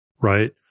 right